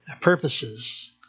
purposes